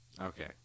Okay